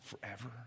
forever